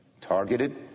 targeted